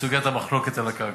לסוגיית המחלוקת על הקרקע,